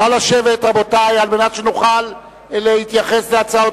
נא לשבת, רבותי, כדי שנוכל להתייחס להצעות